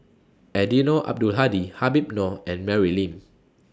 Eddino Abdul Hadi Habib Noh and Mary Lim